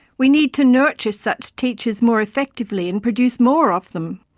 we need to nurture such teachers more effectively and produce more of them.